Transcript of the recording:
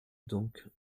donc